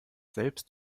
selbst